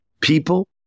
people